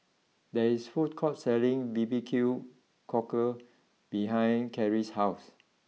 there is a food court selling B B Q cockle behind Kerry's house